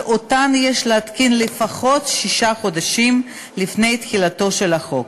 שאותן יש להתקין לפחות שישה חודשים לפני תחילתו של החוק.